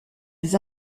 des